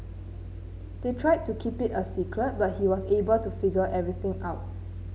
they tried to keep it a secret but he was able to figure everything out